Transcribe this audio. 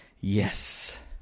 yes